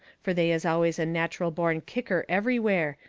fur they is always a natcheral born kicker everywhere,